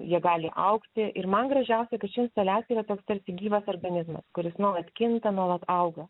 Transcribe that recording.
jie gali augti ir man gražiausia kad ši instaliacija yra toks tarsi gyvas organizmas kuris nuolat kinta nuolat auga